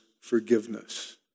forgiveness